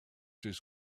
his